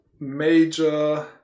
major